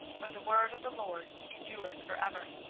but the word of the lord endureth for ever.